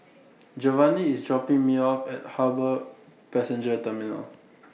Jovani IS dropping Me off At Harbour Passenger Terminal